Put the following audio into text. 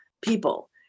people